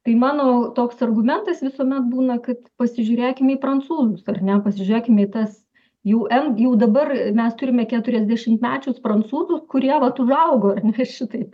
tai mano toks argumentas visuomet būna kad pasižiūrėkim į prancūzus ar ne pasižiūrėkim į tas jau n jau dabar mes turime keturiasdešimtmečius prancūzus kurie vat užaugo ar ne šitaip